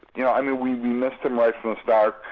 yeah um and we we missed him right from the start,